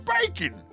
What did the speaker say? Bacon